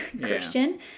Christian